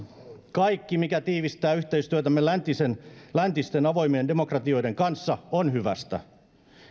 kaikki mikä tiivistää yhteistyötämme läntisten läntisten avoimien demokratioiden kanssa on hyvästä